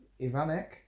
Ivanek